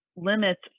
limits